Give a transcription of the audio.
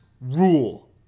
rule